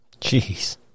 Jeez